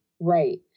right